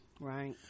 right